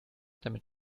damit